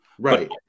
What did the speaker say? right